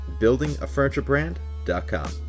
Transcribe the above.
buildingafurniturebrand.com